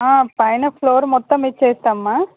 పైన ఫ్లోర్ మొత్తం ఇచ్చేస్తామ్మ